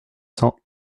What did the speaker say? cents